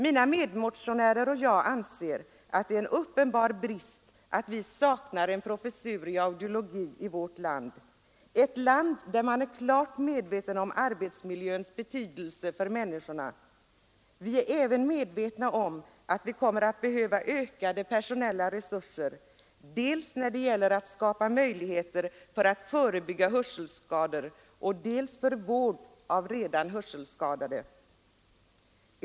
Mina medmotionärer och jag anser att det är en uppenbar brist att vi saknar en professur i audiologi i vårt land, ett land där man är klart medveten om arbetsmiljöns betydelse för människorna. Vi är också medvetna om att vi kommer att behöva ökade personella resurser, dels när det gäller att skapa möjligheter att förebygga hörselskador, dels för vård av redan hörselskadade.